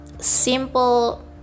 simple